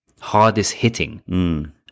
Hardest-hitting